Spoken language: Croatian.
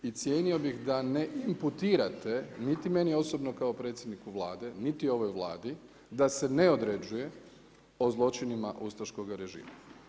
I cijenio bih da ne inputirate niti meni osobno kao predsjedniku Vlade, niti ovoj Vladi da se ne određuje o zločinima ustaškog režima.